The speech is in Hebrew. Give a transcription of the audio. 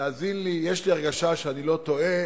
יאזין לי, יש לי הרגשה שאני לא טועה: